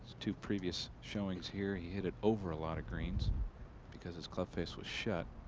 two previous showings here. he hit it over a lot of greens because it's cliff face was shut.